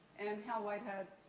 and how i had